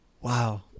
wow